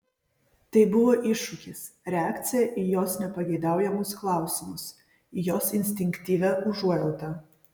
tai buvo iššūkis reakcija į jos nepageidaujamus klausimus į jos instinktyvią užuojautą